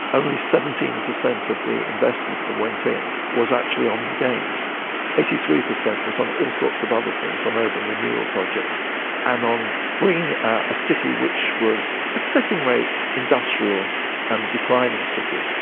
only seventeen per cent of the investment that went in was actually on the games eighty three per cent was on all sorts of other things, on urban renewal projects and on bringing a city which was a second-rate industrial and declining city,